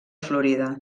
florida